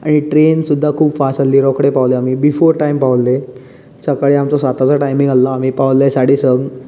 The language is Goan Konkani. आनी ट्रेन सुद्दां खूब फास्ट आसली रोकडे पावले आमी बिफोर टायम पावले सकाळीं आमचो साताचो टायमींग आसलो आमी पावले साडे संग